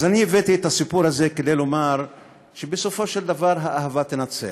אז הבאתי את הסיפור הזה כדי לומר שבסופו של דבר האהבה תנצח.